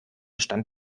stand